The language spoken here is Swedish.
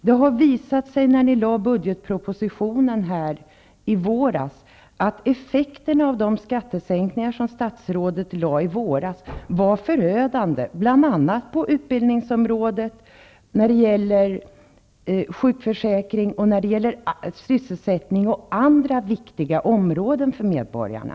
Det har visat sig att effekten av de skattesänkningar som statsrådet föreslog i budgetpropositionen var förödande, bl.a. på utbildningsområdet och när det gäller sjukförsäkring, sysselsättning och andra viktiga områden för medborgarna.